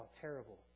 terrible